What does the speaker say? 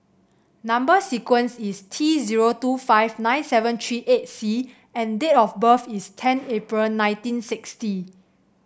number sequence is T zero two five nine seven three eight C and date of birth is ten April nineteen sixty